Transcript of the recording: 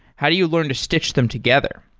how do you learn to stich them together?